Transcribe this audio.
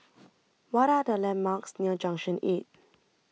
What Are The landmarks near Junction eight